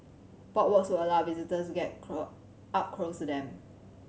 boardwalks will allow visitors to get up close to them